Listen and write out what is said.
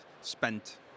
spent